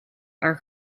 are